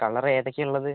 colour ഏതൊക്കെയാണുള്ളത്